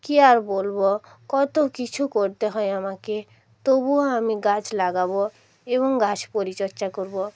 কী আর বলবো কতো কিছু করতে হয় আমাকে তবুও আমি গাছ লাগাবো এবং গাছ পরিচর্চা করবো